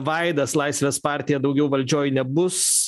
vaidas laisvės partija daugiau valdžioj nebus